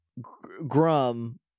Grum